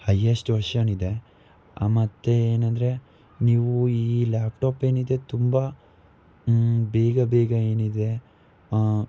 highest version ಇದೆ ಆ ಮತ್ತು ಏನಂದರೆ ನೀವು ಈ ಲ್ಯಾಪ್ಟಾಪ್ ಏನಿದೆ ತುಂಬ ಬೇಗ ಬೇಗ ಏನಿದೆ